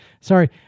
sorry